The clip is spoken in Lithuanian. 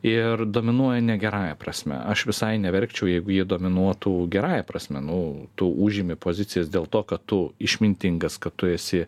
ir dominuoja ne gerąja prasme aš visai neverkčiau jeigu jie dominuotų gerąja prasme nu tu užimi pozicijas dėl to kad tu išmintingas kad tu esi